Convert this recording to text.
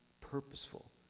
purposeful